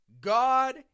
God